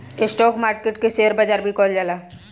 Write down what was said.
stock market के share बाजार भी कहल जाला